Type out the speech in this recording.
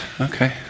Okay